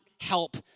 help